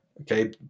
okay